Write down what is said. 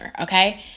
okay